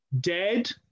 dead